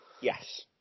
Yes